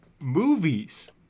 movies